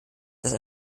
dass